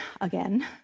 again